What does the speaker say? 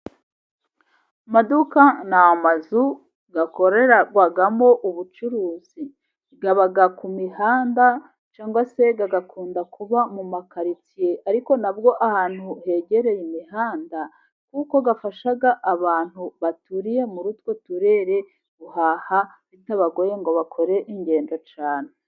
Amaduka ni amazu akorerwamo ubucuruzi aba ku mihanda cyangwa se agakunda kuba mu ma karitsiye, ariko nabwo ahantu hegereye imihanda kuko afasha abantu baturiye muri utwo turere guhaha bitabagoye ngo bakore ingendo cyane.